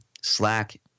Slack